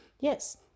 yes